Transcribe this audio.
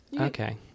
Okay